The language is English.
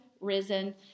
risen